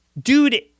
dude